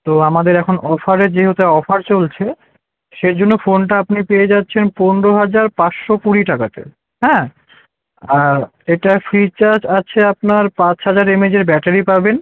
তো আমাদের এখন অফারে যেহতু অফার চলছে সেই জন্য ফোনটা আপনি পেয়ে যাচ্ছেন পনেরো হাজার পাঁচশো কুড়ি টাকাতে হ্যাঁ আর এটার ফিচারস আছে আপনার পাঁচ হাজার এম এইজের ব্যাটারি পাবেন